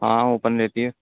ہاں اوپن رہتی ہے